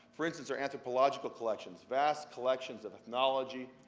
for instance, our anthropological collections, vast collections of ethnology.